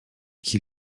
qui